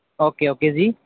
okay okay ਜੀ